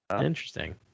Interesting